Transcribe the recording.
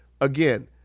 again